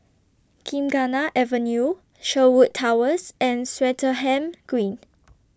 Gymkhana Avenue Sherwood Towers and Swettenham Green